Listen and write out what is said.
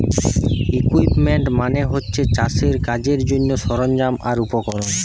equipment মানে হচ্ছে চাষের কাজের জন্যে সরঞ্জাম আর উপকরণ